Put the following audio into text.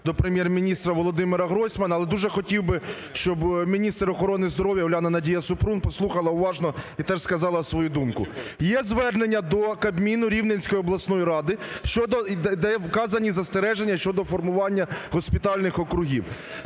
до Прем'єр-міністра Володимира Гройсмана. Але дуже хотів би, щоб міністр охорони здоров'я Уляна Надія Супрун послухала уважно і теж сказала свою думку. Є звернення до Кабміну Рівненської обласної ради щодо… де вказані застереження щодо формування госпітальних округів.